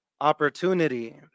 opportunity